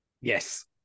yes